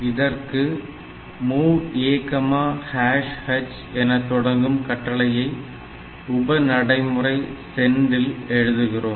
இதற்கு MOV AH எனத் துவங்கும் கட்டளையை உப நடைமுறை சென்டில் எழுதுகிறோம்